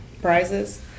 prizes